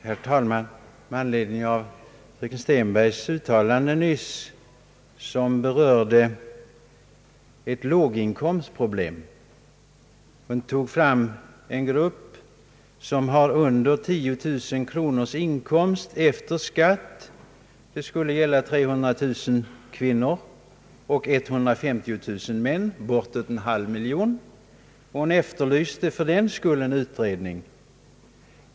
Herr talman! Fröken Stenbergs uttalande berörde ett låginkomstproblem. Hon drog fram en grupp som efter avdrag för skatt har under 10 000 kronor i inkomst. Det skulle gälla cirka 300 000 kvinnor och 150 000 män, alltså bortåt en halv miljon personer. Hon efterlyste en utredning.